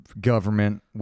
government